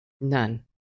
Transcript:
none